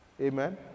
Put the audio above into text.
Amen